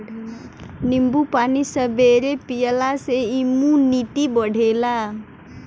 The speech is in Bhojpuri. नींबू पानी सबेरे पियला से इमुनिटी बढ़ेला